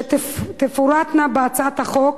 שתפורטנה בהצעת החוק,